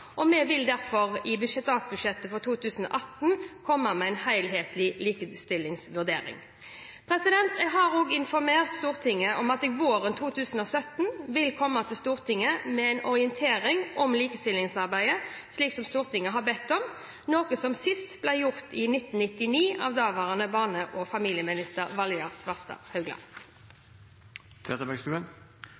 Vi vil derfor i statsbudsjettet for 2018 komme med en helhetlig likestillingsvurdering. Jeg har også informert Stortinget om at jeg våren 2017 vil komme til Stortinget med en orientering om likestillingsarbeidet slik Stortinget har bedt om, noe som sist ble gjort i 1999 av daværende barne- og familieminister Valgerd Svarstad Haugland.